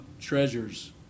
treasures